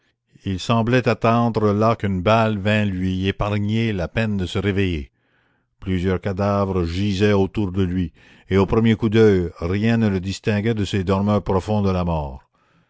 il semblait attendre là qu'une balle vînt lui épargner la peine de se réveiller plusieurs cadavres gisaient autour de lui et au premier coup d'oeil rien ne le distinguait de ces dormeurs profonds de la mort